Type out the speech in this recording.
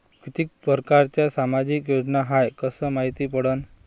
कितीक परकारच्या सामाजिक योजना हाय कस मायती पडन?